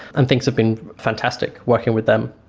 and things have been fantastic working with them.